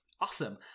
Awesome